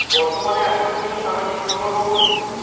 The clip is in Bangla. বর্তমানে আকর্ষনিয় সামাজিক প্রকল্প কোনটি?